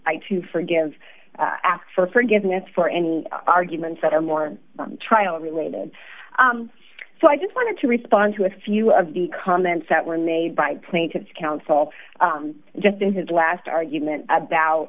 i to forgive ask for forgiveness for any arguments that are more trial related so i just wanted to respond to a few of the comments that were made by plaintiff's counsel just in his last argument about